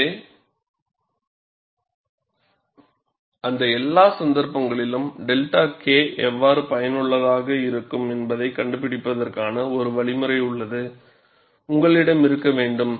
எனவே அந்த எல்லா சந்தர்ப்பங்களிலும் 𝜹 K எவ்வாறு பயனுள்ளதாக இருக்கும் என்பதைக் கண்டுபிடிப்பதற்கான ஒரு வழிமுறை உங்களிடம் இருக்க வேண்டும்